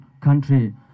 country